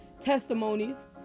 testimonies